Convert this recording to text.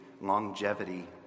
longevity